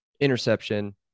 interception